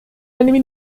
eine